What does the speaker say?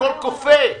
הכול קופא.